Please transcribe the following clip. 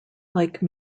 like